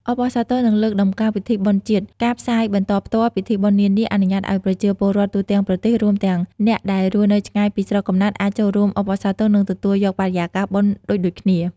អបអរសាទរ និងលើកតម្កើងពិធីបុណ្យជាតិ ការផ្សាយបន្តផ្ទាល់ពិធីបុណ្យនានា អនុញ្ញាតឱ្យប្រជាពលរដ្ឋទូទាំងប្រទេស រួមទាំងអ្នកដែលរស់នៅឆ្ងាយពីស្រុកកំណើត អាចចូលរួមអបអរសាទរ និងទទួលយកបរិយាកាសបុណ្យដូចៗគ្នា។